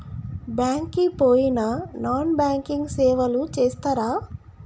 Bank కి పోయిన non banking సేవలు చేస్తరా?